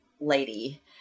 lady